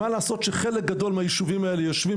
מה לעשות שחלק גדול מהיישובים האלה יושבים